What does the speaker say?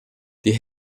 die